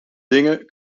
dingen